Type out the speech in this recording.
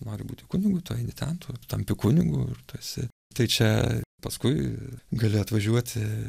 nori būti kunigu tu eini ten tu tampi kunigu ir tu esi tai čia paskui gali atvažiuoti